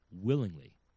willingly